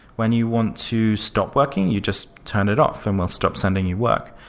when you want to stop working, you just turn it off and we'll stop sending you work.